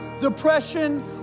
depression